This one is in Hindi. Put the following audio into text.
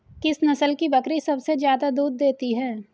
किस नस्ल की बकरी सबसे ज्यादा दूध देती है?